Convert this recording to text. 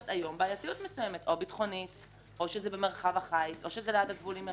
בעייתיות מסוימת - או ביטחונית או זה במרחב החיץ או ליד הגבול עם ירדן,